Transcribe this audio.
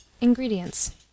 Ingredients